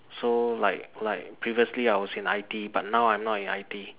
so like like previously I was in I_T but now I'm not in I_T